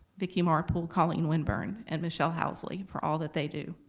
vickie marple, colleen winburn, and michelle housely for all that they do,